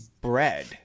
bread